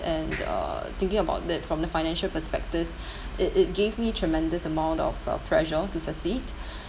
and uh thinking about that from the financial perspective it it gave me tremendous amount of uh pressure to succeed